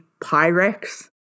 Pyrex